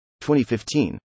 2015